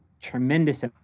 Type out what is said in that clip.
tremendous